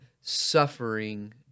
Suffering